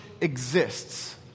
exists